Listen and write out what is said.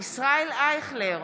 ישראל אייכלר,